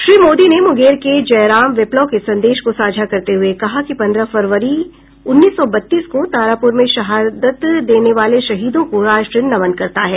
श्री मोदी ने मुंगेर के जयराम विप्लव के संदेश को साझा करते हुये कहा कि पंद्रह फरवरी उन्नीस सौ बत्तीस को तारापुर में शहादत देने वाले शहीदों को राष्ट्र नमन करता है